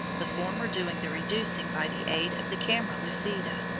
the former doing the reducing by the aid of the camera-lucida,